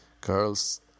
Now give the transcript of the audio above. Girls